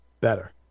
better